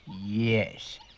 Yes